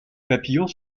papillons